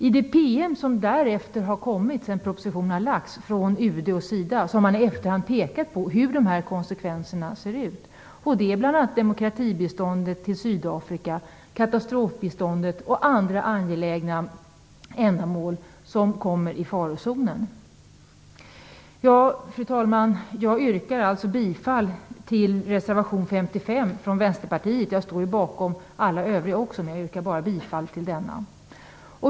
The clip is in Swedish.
I det PM som har kommit från UD och SIDA sedan propositionen har lagts fram har man i efterhand pekat på hur de här konsekvenserna ser ut. Det är bl.a. demokratibiståndet till Sydafrika, katastrofbiståndet och andra angelägna ändamål som kommer i farozonen. Fru talman! Jag yrkar alltså bifall till reservation 55 från Vänsterpartiet. Jag står bakom alla de övriga reservationerna också, men jag yrkar bara bifall till denna.